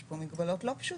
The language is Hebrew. יש פה מגבלות לא פשוטות,